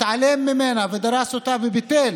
התעלם ממנה, דרס אותה וביטל